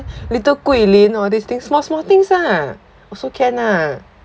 little guilin or this thing small small things ah also can ah